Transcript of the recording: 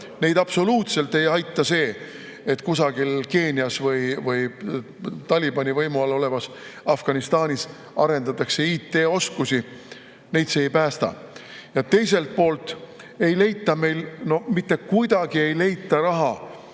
Neid absoluutselt ei aita see, et kusagil Keenias või Talibani võimu all olevas Afganistanis arendatakse IT-oskusi. Neid see ei päästa. Teiselt poolt ei leita meil mitte kuidagi raha,